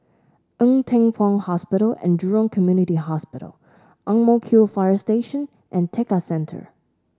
Ng Teng Fong Hospital and Jurong Community Hospital Ang Mo Kio Fire Station and Tekka Centre